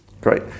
Great